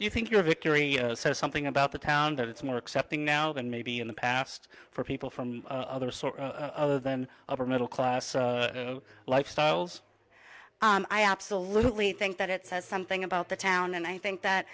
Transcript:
you think your victory says something about the town that it's more accepting now and maybe in the past for people from other sort of than upper middle class lifestyles i absolutely think that it says something about the town and i think that